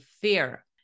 fear